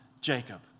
Jacob